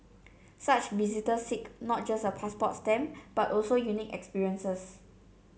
such visitors seek not just a passport stamp but also unique experiences